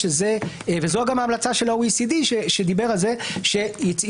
וזו גם ההמלצה של ה-OECD שדיבר על זה שינסו